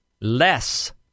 less